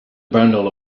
bundle